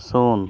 ᱥᱩᱱ